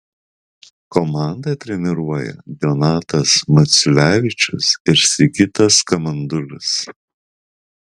komandą treniruoja donatas maciulevičius ir sigitas kamandulis